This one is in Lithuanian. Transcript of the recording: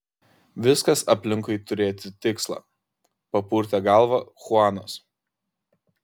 viskas aplinkui turėti tikslą papurtė galvą chuanas